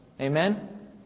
Amen